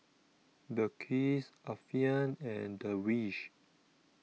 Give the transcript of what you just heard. Balqis Alfian and Darwish